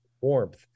warmth